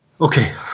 Okay